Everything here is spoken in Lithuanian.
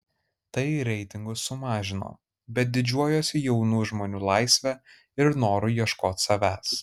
tai reitingus sumažino bet didžiuojuosi jaunų žmonių laisve ir noru ieškot savęs